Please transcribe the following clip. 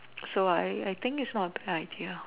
so I I think is not a bad idea